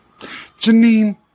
Janine